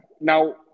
now